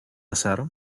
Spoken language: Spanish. hacer